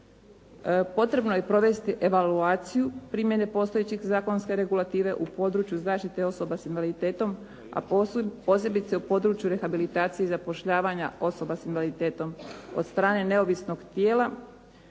Potrebno je provesti evaluaciju primjene postojeće zakonske regulative u području zaštite osoba sa invaliditetom, a posebice u području rehabilitacije i zapošljavanja osoba sa invaliditetom od strane neovisnog tijela